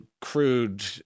crude